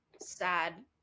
sad